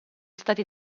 stati